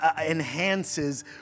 enhances